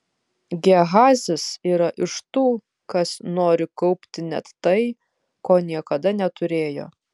gehazis yra iš tų kas nori kaupti net tai ko niekada neturėjo